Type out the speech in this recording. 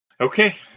Okay